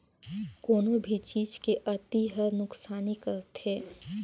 कोनो भी चीज के अती हर नुकसानी करथे